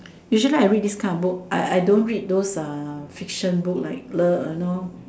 usually I read this kind of book I I don't read those uh fiction book like love and all